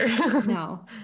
No